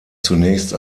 zunächst